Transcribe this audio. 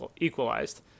equalized